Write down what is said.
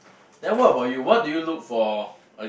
then what about you what do you look for a